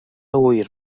ŵyr